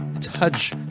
touch